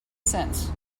since